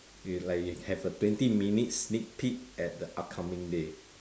it's like you have a twenty sneak peak at the upcoming day